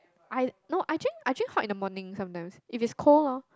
I no I drink I drink hot in the morning sometimes if it's cold loh